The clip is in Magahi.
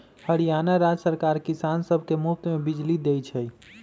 हरियाणा राज्य सरकार किसान सब के मुफ्त में बिजली देई छई